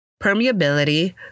permeability